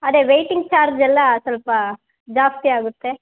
ಅದೇ waiting charge ಎಲ್ಲ ಸ್ವಲ್ಪ ಜಾಸ್ತಿ ಆಗುತ್ತೆ